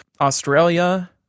Australia